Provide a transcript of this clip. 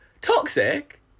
toxic